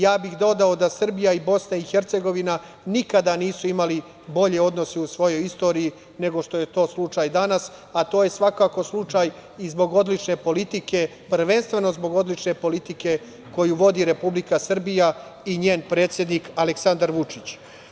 Ja bih dodao da Srbija i BiH nikada nisu imali bolje odnose u svojoj istoriji nego što je to slučaj danas, a to je svakako slučaj i zbog odlične politike, prvenstveno zbog odlične politike koju vodi Republika Srbija i njen predsednik Aleksandar Vučić.